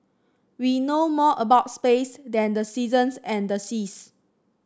we know more about space than the seasons and the seas